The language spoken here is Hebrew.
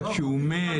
עד שהוא מת?